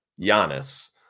Giannis